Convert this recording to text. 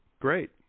great